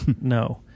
No